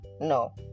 No